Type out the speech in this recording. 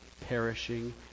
perishing